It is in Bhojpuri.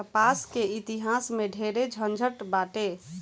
कपास के इतिहास में ढेरे झनझट बाटे